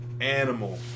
Animal